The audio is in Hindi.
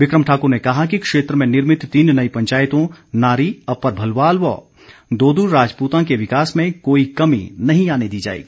बिकम ठाक्र ने कहा कि क्षेत्र में निर्मित तीन नई पंचायतों नारी अप्पर भलवाल व दोदू राजपूतां के विकास में कोई कमी नहीं आने दी जाएगी